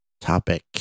topic